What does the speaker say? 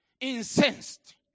incensed